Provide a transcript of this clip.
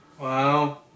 Wow